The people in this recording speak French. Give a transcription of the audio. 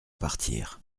partir